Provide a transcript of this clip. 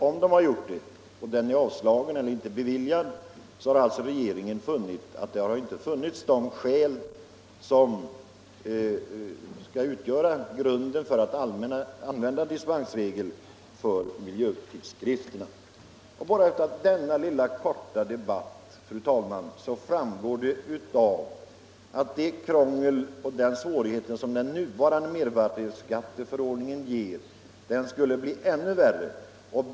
Om de har gjort det och ansökan blivit avslagen, har alltså regeringen funnit att det inte förelegat sådana skäl som kan utgöra grund för att dispensregeln skall kunna användas. Bara av denna lilla korta debatt, fru talman, framgår att det krångel och de svårigheter som den nuvarande mervärdeskatteförordningen medför skulle bli ännu värre om vi gick med på fler undantag.